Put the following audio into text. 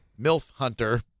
MILFHunter